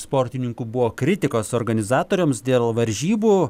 sportininkų buvo kritikos organizatoriams dėl varžybų